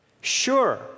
Sure